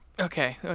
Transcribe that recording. okay